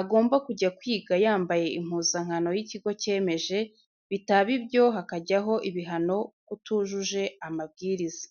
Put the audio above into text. agomba kujya kwiga yambaye impuzankano y'ikigo cyemeje, bitaba ibyo hakajyaho ibihano k'utujuje amabwiriza.